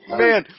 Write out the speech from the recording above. man